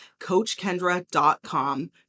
CoachKendra.com